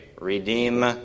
Redeem